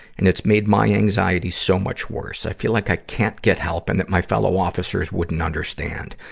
and it's made my anxiety so much worse. i feel like i can't get help and that my fellow officers wouldn't understand.